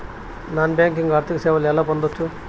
Non banking ఆర్థిక సేవలు ఎలా పొందొచ్చు?